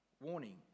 warning